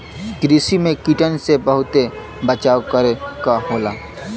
कृषि में कीटन से बहुते बचाव करे क होला